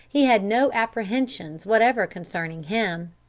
he had no apprehensions whatever concerning him.